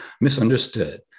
misunderstood